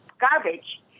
garbage